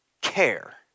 care